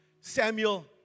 Samuel